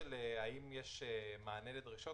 באשר לשאלה האם יש מענה לדרישות,